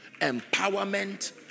empowerment